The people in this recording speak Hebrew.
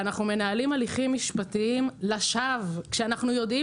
ואנחנו מנהלים הליכים משפטיים לשווא כשאנחנו יודעים